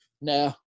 No